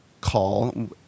call